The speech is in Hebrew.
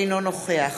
אינו נוכח